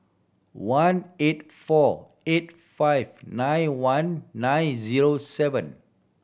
one eight four eight five nine one nine zero seven